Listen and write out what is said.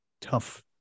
Tough